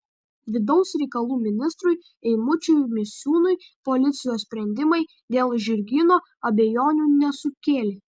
vidaus reikalų ministrui eimučiui misiūnui policijos sprendimai dėl žirgyno abejonių nesukėlė